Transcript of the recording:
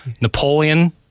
Napoleon